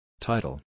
Title